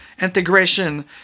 integration